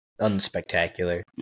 Unspectacular